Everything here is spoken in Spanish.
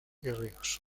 ríos